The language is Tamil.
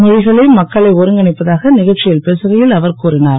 மொழிகளே மக்களை ஒருங்கிணைப்பதாக நிகழ்ச்சியில் பேசுகையில் அவர் கூறினார்